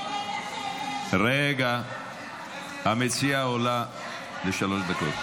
--- רגע, המציעה עולה לשלוש דקות.